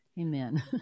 amen